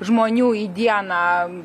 žmonių į dieną